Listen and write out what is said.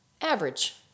average